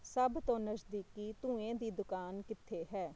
ਸਭ ਤੋਂ ਨਜ਼ਦੀਕੀ ਧੂੰਏਂ ਦੀ ਦੁਕਾਨ ਕਿੱਥੇ ਹੈ